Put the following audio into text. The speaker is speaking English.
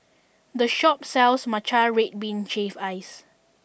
this shop sells Matcha Red Bean Shaved Ice